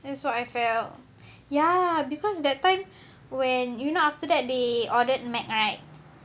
that's what I felt ya because that time when you know after that they ordered mac right